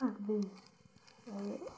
ते ओह्